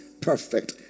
perfect